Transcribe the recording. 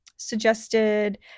suggested